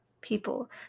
People